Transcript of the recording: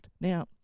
now